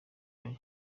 yayo